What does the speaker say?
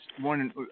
one